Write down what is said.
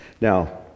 Now